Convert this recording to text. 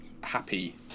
Happy